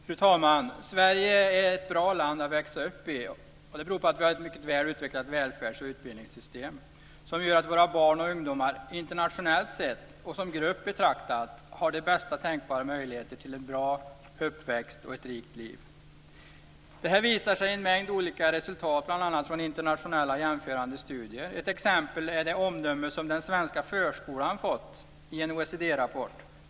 Fru talman! Sverige är ett bra land att växa upp i. Det beror på att vi har ett mycket väl utvecklat välfärds och utbildningssystem som gör att våra barn och ungdomar internationellt sett och som grupp betraktad har bästa tänkbara möjligheter till en bra uppväxt och ett rikt liv. Detta visar en mängd olika resultat bl.a. i flera internationella jämförande studier. Ett exempel är det omdöme som den svenska förskolan fått i en OECD rapport.